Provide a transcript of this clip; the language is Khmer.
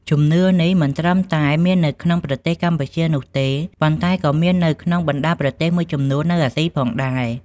ជំនឿនេះមិនត្រឹមតែមាននៅក្នុងប្រទេសកម្ពុជានោះទេ ប៉ុន្តែក៏មាននៅក្នុងបណ្តាប្រទេសមួយចំនួននៅអាស៊ីផងដែរ។